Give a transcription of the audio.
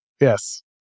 Yes